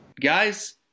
Guys